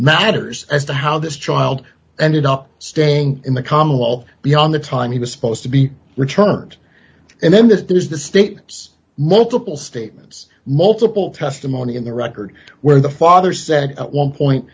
matters as to how this child ended up staying in the commonwealth beyond the time he was supposed to be returned and then there's the statements multiple statements multiple testimony in the record where the father said at one point